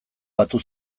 batu